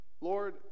Lord